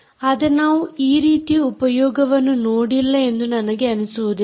ಆದರೆ ನಾವು ಈ ರೀತಿಯ ಉಪಯೋಗವನ್ನು ನೋಡಿಲ್ಲ ಎಂದು ನನಗೆ ಅನಿಸುವುದಿಲ್ಲ